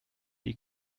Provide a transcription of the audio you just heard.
die